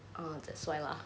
err that's why lah